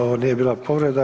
Ovo nije bila povreda.